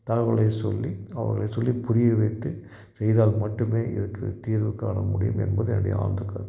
தகவல்களை சொல்லி அவர்களை சொல்லி புரிய வைத்து செய்தால் மட்டுமே இதற்கு தீர்வு காண முடியும் என்பது என்னுடைய ஆழ்ந்த கருத்து